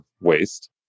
waste